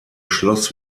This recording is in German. schloss